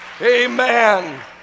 Amen